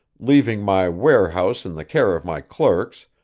leaving my warehouse in the care of my clerks,